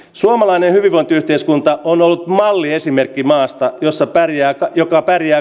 suomalainen hyvinvointiyhteiskunta on ollut malliesimerkki maasta jossa väriä joka pärjää